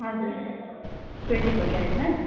हजुर twenty four क्यारेटमा